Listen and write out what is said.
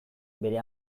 bere